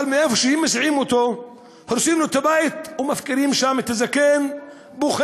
אבל מאיפה שמסיעים אותו הורסים לו את הבית ומפקירים שם את הזקן בוכה,